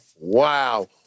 wow